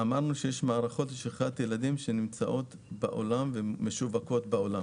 אמרנו שיש מערכות נגד שכחת ילדים שנמצאות בעולם ומשווקות בעולם.